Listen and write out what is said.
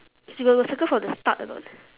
you got got circle from the start or not